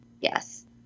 Yes